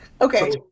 Okay